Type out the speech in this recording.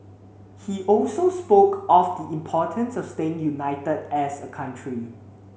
he also spoke of the importance of staying united as a country